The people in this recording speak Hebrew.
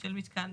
של מתקן,